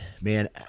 man